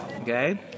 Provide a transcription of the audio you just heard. Okay